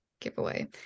giveaway